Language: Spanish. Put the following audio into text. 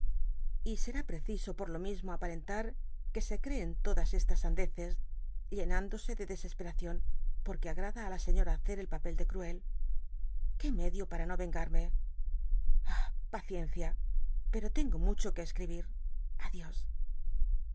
y será preciso por lo mismo aparentar que se creen todas estas sandeces llenándose de desesperación porque agrada á la señora hacer él papel de cruel qué medio para no vengarme ah paciencia pero tengo mucho que escribir